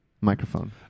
microphone